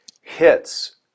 hits